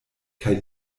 kaj